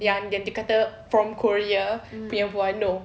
yang dia kata from korea punya buah no